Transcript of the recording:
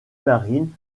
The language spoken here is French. marine